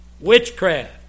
witchcraft